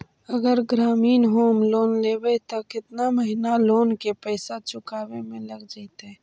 अगर ग्रामीण home loan लेबै त केतना महिना लोन के पैसा चुकावे में लग जैतै?